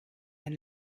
ein